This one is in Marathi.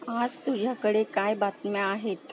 आज तुझ्याकडे काय बातम्या आहेत